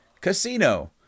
Casino